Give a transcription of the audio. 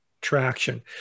traction